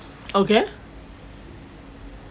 okay